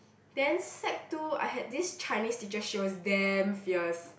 then sec two I had this Chinese teacher she was damn fierce